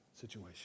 situation